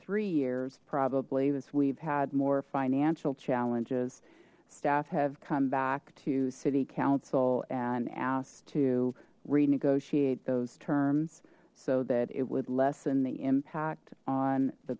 three years probably was we've had more financial challenges staff have come back to city council and asked to renegotiate those terms so that it would lessen the impact on the